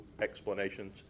explanations